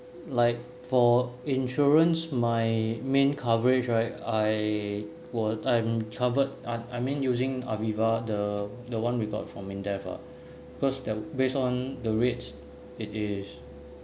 like for insurance my main coverage right I would I'm covered I I mean using Aviva the the one we got from endeavour because the based on the rate it is